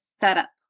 setup